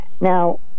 now